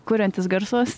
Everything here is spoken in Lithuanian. kuriantys garsus